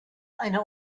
eine